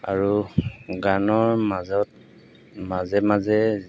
আৰু গানৰ মাজত মাজে মাজে